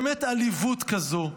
באמת עליבות כזו.